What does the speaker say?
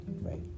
right